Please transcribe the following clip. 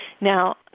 Now